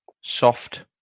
soft